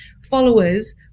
followers